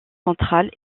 centrale